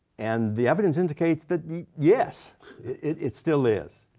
and the evidence indicates that yes it still is.